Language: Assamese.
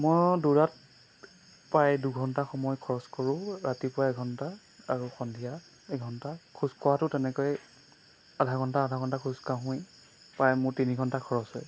মই দৌৰাত প্ৰায় দুঘণ্টা সময় খৰচ কৰোঁ ৰাতিপুৱা এঘণ্টা আৰু সন্ধিয়া এঘণ্টা খোজ কঢ়াতো তেনেকৈ আধা ঘণ্টা আধা ঘণ্টা খোজ কাঢ়োৱে প্ৰায় মোৰ তিনি ঘণ্টা খৰচ হয়